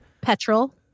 Petrol